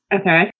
okay